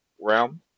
realm